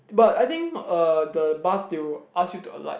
but I think not uh the bus they will ask you to alight